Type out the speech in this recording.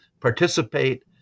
participate